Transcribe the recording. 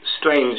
strange